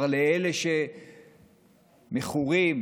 לאלה שכבר מכורים